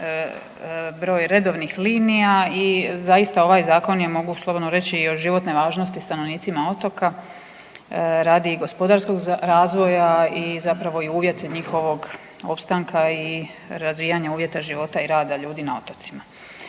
broj redovnih linija. I zaista ovaj zakon je mogu slobodno reći od životne važnosti stanovnicima otoka radi gospodarskog razvoja i uvjet je njihovog opstanka i razvijanja uvjeta života i rada ljudi na otocima.